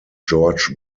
george